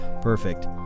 perfect